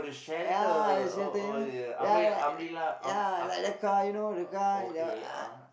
ya the shelter you know ya ya ya like the car you know the car the uh